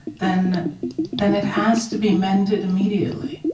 then then it has to be mended immediately,